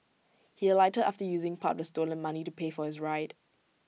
he alighted after using part of the stolen money to pay for his ride